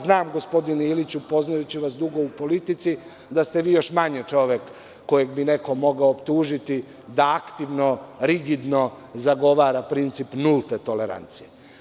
Znam gospodine Iliću, poznajući vas dugo u politici da ste vi još manje čovek kojeg bi neko mogao optužiti da aktivno, rigidno zagovara princip nulte tolerancije.